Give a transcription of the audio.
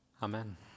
Amen